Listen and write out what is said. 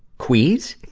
queeze!